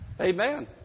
Amen